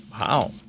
Wow